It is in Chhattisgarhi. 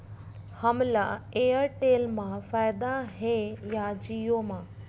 हमला एयरटेल मा फ़ायदा हे या जिओ मा?